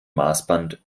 maßband